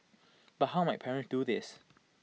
but how might parents do this